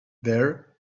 there